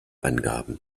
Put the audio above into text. angaben